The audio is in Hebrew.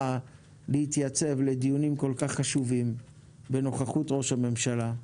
להתייצב לדיונים כל כך חשובים בנוכחות ראש הממשלה.